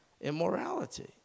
immorality